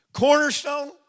Cornerstone